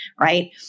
Right